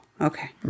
Okay